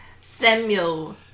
Samuel